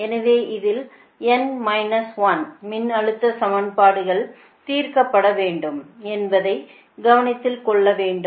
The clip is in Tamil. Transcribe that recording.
எனவே இதில் n மைனஸ் 1 மின்னழுத்த சமன்பாடுகள் தீர்க்கப்பட வேண்டும் என்பதை கவனத்தில் கொள்ள வேண்டும்